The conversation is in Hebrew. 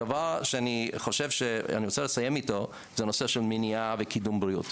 דבר שאני רוצה לסיים איתו זה נושא של מניעה וקידום בריאות.